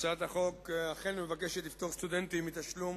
הצעת החוק אכן מבקשת לפטור סטודנטים מתשלום